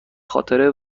خاطر